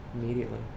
immediately